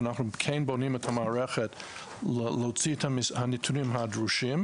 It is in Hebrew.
אנחנו כן בונים את המערכת להוציא את הנתונים הדרושים.